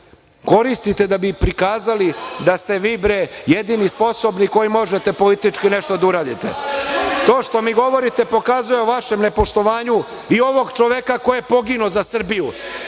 koristite da bi prikazali da ste vi, bre, jedini sposobni koji možete politički nešto da uradite.(Radomir Lazović: Hajde dosta!)To što mi govorite, pokazuje o vašem nepoštovanju i ovog čoveka koji je poginuo za Srbiju.